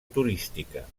turística